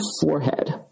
forehead